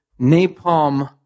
napalm